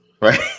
Right